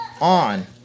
on